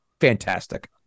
fantastic